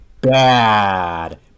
bad